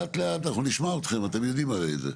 לאט לאט, אנחנו נשמע אתכם, אתם יודעים את זה.